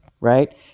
right